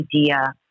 idea